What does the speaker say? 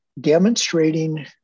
demonstrating